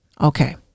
Okay